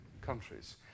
countries